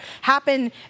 happen